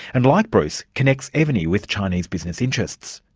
and like bruce, connects evony with chinese business interests.